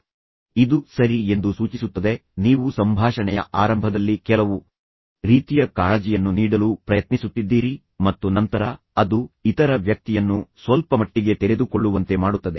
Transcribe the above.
ಆದ್ದರಿಂದ ಇದು ಸರಿ ಎಂದು ಸೂಚಿಸುತ್ತದೆ ಆದ್ದರಿಂದ ನೀವು ಸಂಭಾಷಣೆಯ ಆರಂಭದಲ್ಲಿ ಕೆಲವು ರೀತಿಯ ಕಾಳಜಿಯನ್ನು ನೀಡಲು ಪ್ರಯತ್ನಿಸುತ್ತಿದ್ದೀರಿ ಮತ್ತು ನಂತರ ಅದು ಇತರ ವ್ಯಕ್ತಿಯನ್ನು ಸ್ವಲ್ಪಮಟ್ಟಿಗೆ ತೆರೆದುಕೊಳ್ಳುವಂತೆ ಮಾಡುತ್ತದೆ